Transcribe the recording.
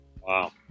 Wow